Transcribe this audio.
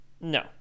No